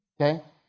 Okay